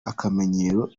akamenyero